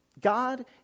god